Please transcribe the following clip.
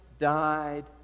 died